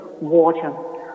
water